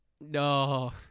no